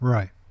Right